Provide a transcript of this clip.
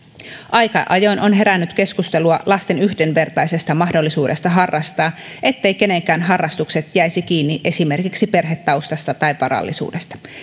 aika ajoin on herännyt keskustelua lasten yhdenvertaisesta mahdollisuudesta harrastaa etteivät kenenkään harrastukset jäisi kiinni esimerkiksi perhetaustasta tai varallisuudesta